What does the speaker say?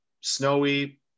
snowy